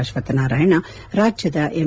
ಅಶ್ವತ್ತನಾರಾಯಣ ರಾಜ್ಯದ ಎಂ